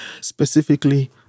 Specifically